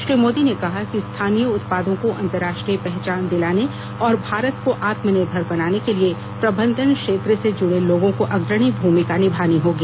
श्री मोदी ने कहा कि स्थानीय उत्पादों को अंतर्राष्ट्रीय पहचान दिलाने और भारत को आत्मनिर्भर बनाने के लिए प्रबंधन क्षेत्र से जुडे लोगों को अग्रणी भूमिका निभानी होगी